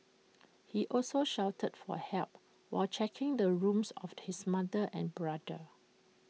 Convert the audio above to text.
he also shouted for help while checking the rooms of his mother and brother